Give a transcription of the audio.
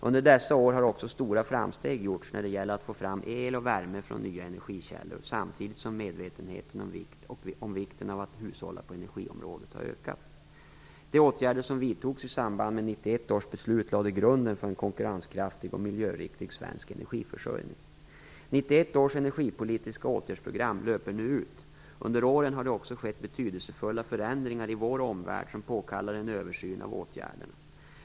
Under dessa år har också stora framsteg gjorts när det gäller att få fram el och värme från nya energikällor samtidigt som medvetenheten om vikten av att hushålla på energiområdet har ökat. De åtgärder som vidtogs i samband med 1991 års beslut lade grunden för en konkurrenskraftig och miljöriktig svensk energiförsörjning. 1991 års energipolitiska åtgärdsprogram löper nu ut. Under åren har det också skett betydelsefulla förändringar i vår omvärld som påkallar en översyn av åtgärderna.